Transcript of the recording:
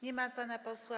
Nie ma pana posła.